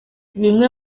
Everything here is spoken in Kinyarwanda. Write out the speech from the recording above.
bimwe